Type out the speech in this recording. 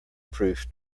proof